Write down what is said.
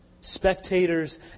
spectators